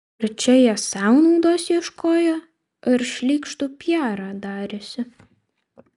ar čia jie sau naudos ieškojo ar šlykštų piarą darėsi